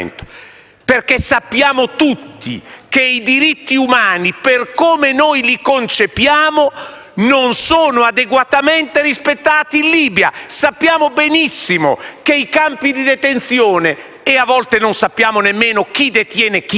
sappiamo tutti che i diritti umani, per come noi li concepiamo, non sono adeguatamente rispettati in Libia. Sappiamo benissimo che nei campi di detenzione - a volte non sappiamo nemmeno chi detiene chi